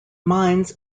mines